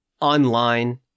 online